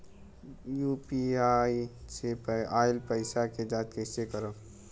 UPI से आइल पईसा के जाँच कइसे करब?